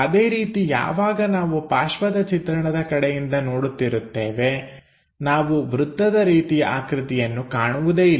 ಅದೇ ರೀತಿ ಯಾವಾಗ ನಾವು ಪಾರ್ಶ್ವದ ಚಿತ್ರಣದ ಕಡೆಯಿಂದ ನೋಡುತ್ತಿರುತ್ತೇವೆ ನಾವು ವೃತ್ತದ ರೀತಿಯ ಆಕೃತಿಯನ್ನು ಕಾಣುವುದೇ ಇಲ್ಲ